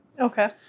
Okay